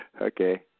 Okay